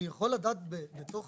אני יכול לדעת בתוך